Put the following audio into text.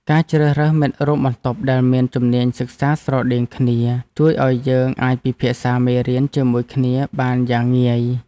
ការជ្រើសរើសមិត្តរួមបន្ទប់ដែលមានជំនាញសិក្សាស្រដៀងគ្នាជួយឱ្យយើងអាចពិភាក្សាមេរៀនជាមួយគ្នាបានយ៉ាងងាយ។